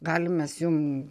galim mes jum